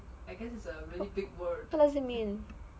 what does this means